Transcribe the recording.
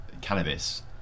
cannabis